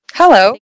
Hello